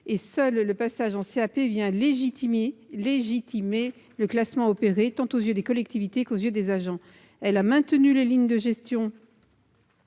et seul le passage en CAP vient légitimer le classement opéré, tant aux yeux des collectivités qu'aux yeux des agents. La commission a maintenu les lignes directrices